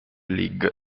league